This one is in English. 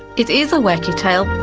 it is a wacky tale.